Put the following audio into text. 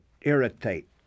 irritate